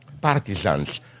partisans